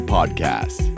Podcast